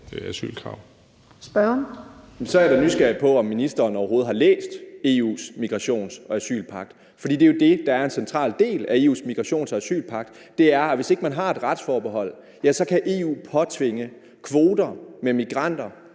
Mikkel Bjørn (DF): Så er jeg usikker på, om ministeren overhovedet har læst EU's migrations- og asylpagt. For det er jo det, der er en central del af EU's migrations- og asylpagt, nemlig at hvis man ikke har et retsforbehold, kan EU påtvinge de europæiske